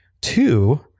Two